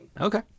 Okay